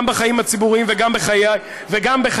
גם בחיים הציבוריים וגם בחיי המשפט,